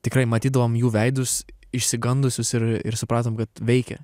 tikrai matydavom jų veidus išsigandusius ir ir supratom kad veikia